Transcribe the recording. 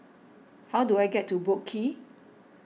how do I get to Boat Quay